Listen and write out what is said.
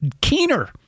keener